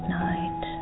night